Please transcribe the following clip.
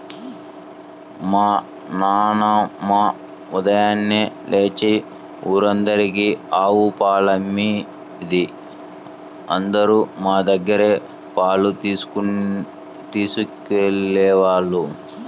మా నాన్నమ్మ ఉదయాన్నే లేచి ఊరందరికీ ఆవు పాలమ్మేది, అందరూ మా దగ్గరే పాలు తీసుకెళ్ళేవాళ్ళు